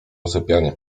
sypianie